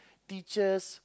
teachers